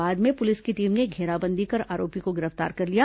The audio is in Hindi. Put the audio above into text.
बाद में पुलिस की टीम ने घेराबंदी कर आरोपी को गिरफ्तार कर लिया